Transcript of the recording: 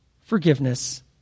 forgiveness